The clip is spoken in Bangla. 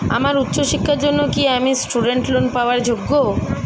আমার উচ্চ শিক্ষার জন্য কি আমি স্টুডেন্ট লোন পাওয়ার যোগ্য?